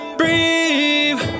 breathe